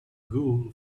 wool